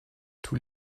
tous